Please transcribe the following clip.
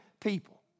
people